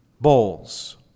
bowls